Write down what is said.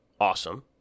awesome